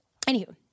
Anywho